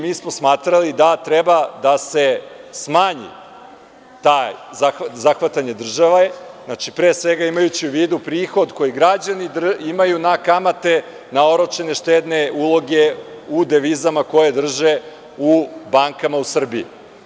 Mi smo smatrali da treba da se smanji zahvatanje države, pre svega imajući u vidu prihod koji građani imaju na kamate na oročene štedne uloge u devizama koje drže u bankama u Srbiji.